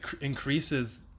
increases